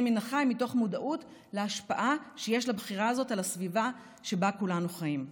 מן החי מתוך מודעות להשפעה שיש לבחירה הזאת על הסביבה שבה כולנו חיים.